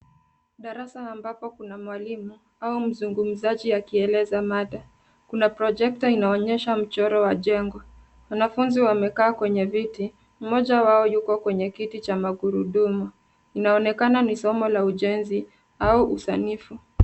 Darasa ambapo kuna mwalimu au mzungumzaji akieleza mada. Kuna projekta inayoonyesha mchoro mjengo. kuna wanafunzi wamekaa kwenye viti, mmoja wao yuko kwenye kiti cha magurudumu. Inaonekana ni somo la ujenzi au usanifu.